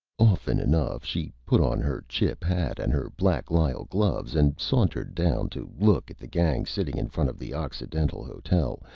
often enough she put on her chip hat and her black lisle gloves and sauntered down to look at the gang sitting in front of the occidental hotel,